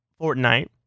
Fortnite